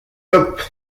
top